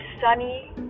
sunny